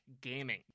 gaming